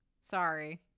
sorry